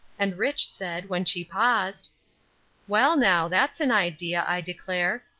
and rich. said, when she paused well, now, that's an idea, i declare.